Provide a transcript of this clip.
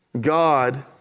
God